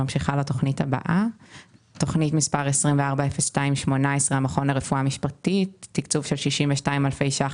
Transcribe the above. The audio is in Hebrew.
תכנית מספר 240218 - תקצוב של 62 אלפי ₪